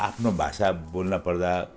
आफ्नो भाषा बोल्नपर्दा